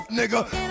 nigga